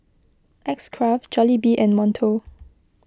X Craft Jollibee and Monto